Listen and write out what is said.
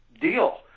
deal